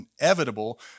inevitable